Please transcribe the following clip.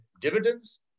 dividends